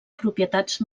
propietats